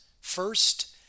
First